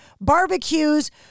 barbecues